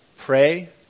Pray